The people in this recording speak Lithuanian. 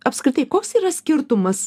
apskritai koks yra skirtumas